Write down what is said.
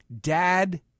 Dad